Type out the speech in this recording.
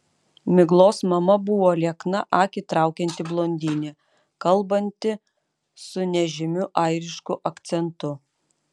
miglos mama buvo liekna akį traukianti blondinė kalbanti su nežymiu airišku akcentu